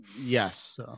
Yes